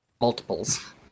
multiples